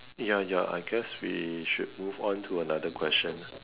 ya ya I guess we should move on to another question